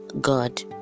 God